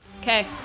Okay